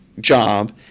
job